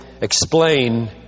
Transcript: explain